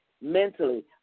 mentally